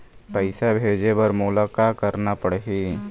पैसा भेजे बर मोला का करना पड़ही?